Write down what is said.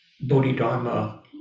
Bodhidharma